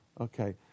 Okay